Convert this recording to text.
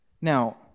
Now